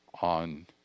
on